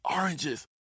oranges